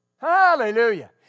Hallelujah